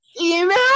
email